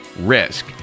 risk